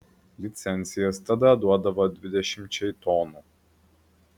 licencijas tada duodavo dvidešimčiai tonų